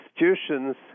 institutions